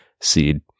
seed